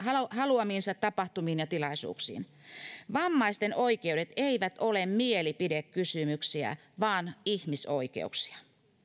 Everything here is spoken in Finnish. haluamiinsa tapahtumiin ja tilaisuuksiin vammaisten oikeudet eivät ole mielipidekysymyksiä vaan ihmisoikeuksia